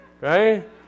Right